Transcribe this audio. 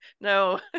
No